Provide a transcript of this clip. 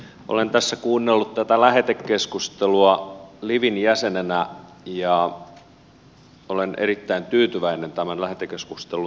olen tässä kuunnellut tätä lähetekeskustelua livin jäsenenä ja olen erittäin tyytyväinen tämän lähetekeskustelun tasoon